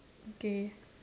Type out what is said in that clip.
okay